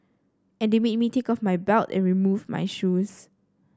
and they made me take off my belt and remove my shoes